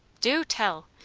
du tell!